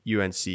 UNC